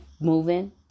moving